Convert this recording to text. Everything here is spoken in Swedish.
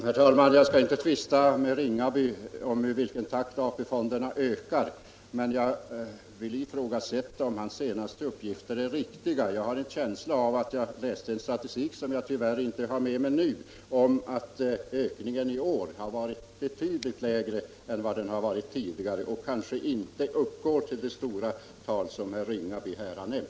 Herr talman! Jag skall inte tvista med herr Ringaby om i vilken takt AP-fonderna ökar, men jag vill ifrågasätta om hans senaste uppgifter är riktiga. Jag har läst statistik som jag tror visar — tyvärr har jag den inte med mig nu — att ökningen i år har varit betydligt mindre än tidigare och kanske inte uppgår till det stora tal som herr Ringaby här har nämnt.